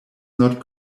not